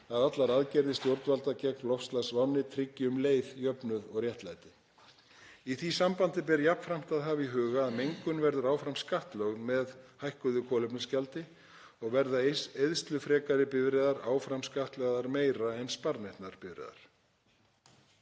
að allar aðgerðir stjórnvalda gegn loftslagsvánni tryggi um leið jöfnuð og réttlæti. Í því sambandi ber jafnframt að hafa í huga að mengun verður áfram skattlögð með hækkuðu kolefnisgjaldi og verða eyðslufrekari bifreiðar áfram skattlagðar meira en sparneytnar bifreiðar.